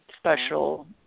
special